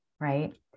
right